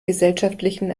gesellschaftlichen